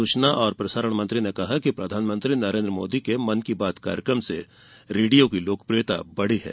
सूचना और प्रसारण मंत्री ने कहा कि प्रधानमंत्री नरेन्द्र मोदी के मन की बात कार्यक्रम से रेडियो की लोकप्रियता बढ़ी है